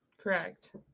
Correct